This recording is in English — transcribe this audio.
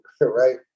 right